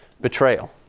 betrayal